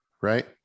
right